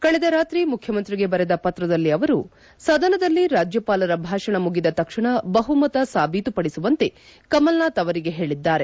ಕಳೆದ ರಾತ್ರಿ ಮುಖ್ಯಮಂತ್ರಿಗೆ ಬರೆದ ಪತ್ರದಲ್ಲಿ ಅವರು ಸದನದಲ್ಲಿ ರಾಜ್ಯಪಾಲರ ಭಾಷಣ ಮುಗಿದ ತಕ್ಷಣ ಬಹುಮತ ಸಾಬೀತುಪಡಿಸುವಂತೆ ಕಮಲ್ನಾಥ್ ಅವರಿಗೆ ಹೇಳಿದ್ದಾರೆ